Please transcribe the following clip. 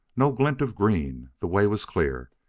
no glint of green! the way was clear,